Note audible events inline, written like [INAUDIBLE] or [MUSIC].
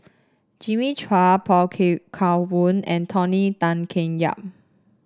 Jimmy Chua Pao Kun [UNINTELLIGIBLE] and Tony Tan Keng Yam